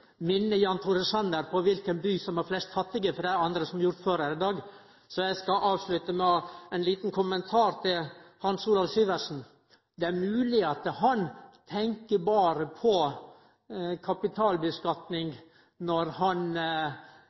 minne Jan Tore Sanner på kva for by som har flest fattige, for det er det andre som har gjort før her i dag. Så eg skal avslutte med ein liten kommentar til Hans Olav Syversen. Det er mogleg at han tenkjer berre på kapitalskattlegging når han